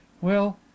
Well